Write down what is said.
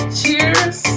cheers